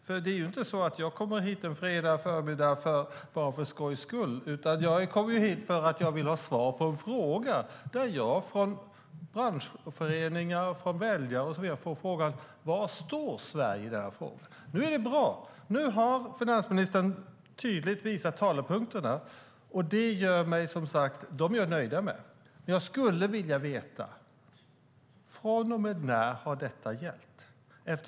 Jag har ju inte kommit hit till kammaren bara för skojs skull utan för att jag vill ha svar på en fråga. Branschföreningar, väljare och så vidare har frågat mig var Sverige står i denna fråga. Nu har finansministern tydligt visat talepunkterna, och dem är jag som sagt nöjd med. Men jag skulle vilja veta: Från och med när har dessa talepunkter gällt?